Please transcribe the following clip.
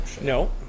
No